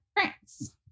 France